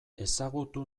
ezagutu